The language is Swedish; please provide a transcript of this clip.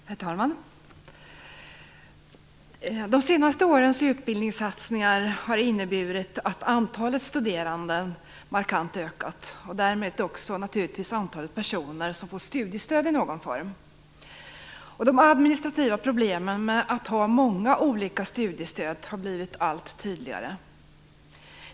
Herr talman! De senaste årens utbildningssatsningar har inneburit att antalet studerande markant har ökat och därmed naturligtvis också antalet personer som får studiestöd i någon form. De administrativa problemen med att ha många olika former av studiestöd har blivit allt tydligare.